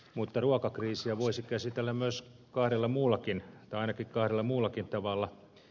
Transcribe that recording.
mutta ruokakriisiä voisi käsitellä myös ainakin kahdella muullakin tavalla